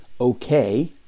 okay